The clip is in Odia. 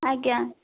ଆଜ୍ଞା